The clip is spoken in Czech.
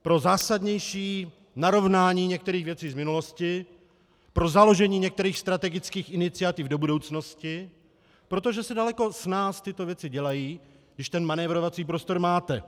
Pro zásadnější narovnání některých věcí z minulosti, pro založení některých strategických iniciativ do budoucnosti, protože se daleko snáz tyto věci dělají, když ten manévrovací prostor máte.